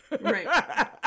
Right